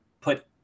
put